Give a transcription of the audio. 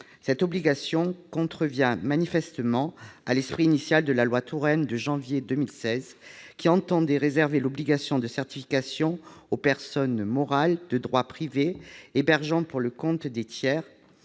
Cette obligation contrevient manifestement à l'esprit de la loi Touraine de janvier 2016, qui entendait circonscrire l'obligation de certification aux personnes morales de droit privé hébergeant pour le compte de tiers,